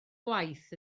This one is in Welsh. gwaith